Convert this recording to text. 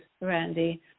Randy